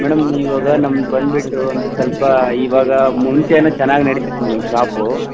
madam ನೀವು ಇವಾಗ ನಮ್ಗ ಬಂದ್ಬಿಟ್ಟು ಅಂದರೆ ಸ್ವಲ್ಪ ಇವಾಗ ಮುಂಚೆ ಏನೋ ಚೆನ್ನಾಗ್ ನಡಿತೀತೆ ಮೇಡಮ್ ಶಾಪು